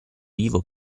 vivo